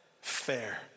Fair